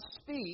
speak